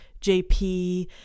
jp